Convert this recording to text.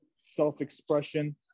self-expression